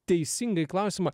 teisingai klausimą